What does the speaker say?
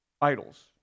idols